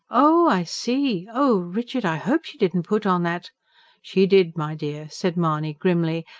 oh. i see. oh, richard, i hope she didn't put on that she did, my dear! said mahony grimly,